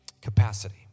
capacity